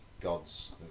gods